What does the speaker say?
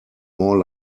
more